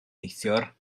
neithiwr